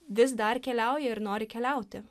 vis dar keliauja ir nori keliauti